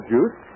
Juice